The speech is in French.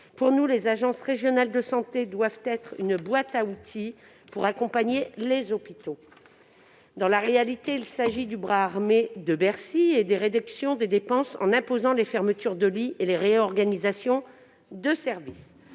que les agences régionales de santé doivent être une boîte à outils pour accompagner les hôpitaux. Or, dans la réalité, elles sont le bras armé de Bercy et de la réduction des dépenses, en imposant des fermetures de lits et la réorganisation des services.